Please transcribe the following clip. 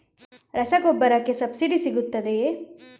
ರಸಗೊಬ್ಬರಕ್ಕೆ ಸಬ್ಸಿಡಿ ಸಿಗುತ್ತದೆಯೇ?